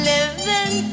Living